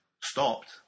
stopped